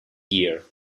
gear